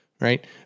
right